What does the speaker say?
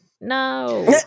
no